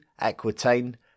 Aquitaine